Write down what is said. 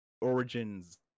origins